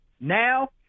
Now